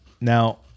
Now